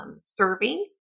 serving